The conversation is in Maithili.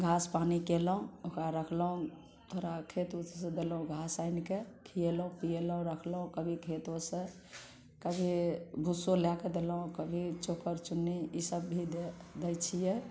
घास पानि कयलहुँ ओकरा रखलहुँ थोड़ा खेत ओत से देलहुँ खास आनिके खीएलहुँ पीएलहुँ रखलहुँ कभी खेतोसँ कभी भूस्सो लै के देलहुँ कभी चोकर चुन्नी ई सब भी दऽ दै छियै